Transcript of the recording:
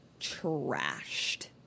trashed